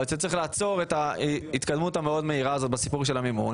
שצריך לעצור את ההתקדמות המאוד מהירה הזאת בנושא המימון